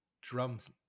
drums